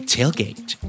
Tailgate